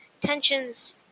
tensions